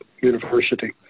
university